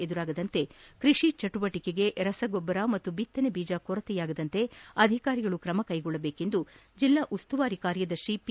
ಎದುರಾಗದಂತೆ ಕೃಷಿ ಚಟುವಟಿಕೆಗಳಿಗೆ ರಸಗೊಬ್ಬರ ಮತ್ತು ಬಿತ್ತನೆ ಬೀಜ ಕೊರತೆಯಾಗದಂತೆ ಅಧಿಕಾರಿಗಳು ಕ್ರಮಕೈಗೊಳ್ಳಬೇಕೆಂದು ಜಿಲ್ಲಾ ಉಸ್ತುವಾರಿ ಕಾರ್ಯದರ್ಶಿ ಪಿ